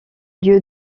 lieu